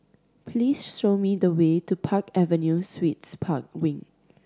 please show me the way to Park Avenue Suites Park Wing